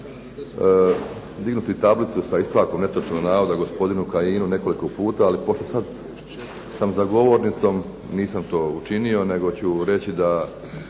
dignuti tablicu sa ispravkom netočnog navoda gospodinu Kajinu nekoliko puta, ali pošto sad sam za govornicom nisam to učinio nego ću reći da